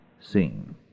scene